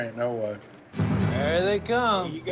ah ain't no way. here they come.